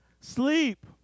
sleep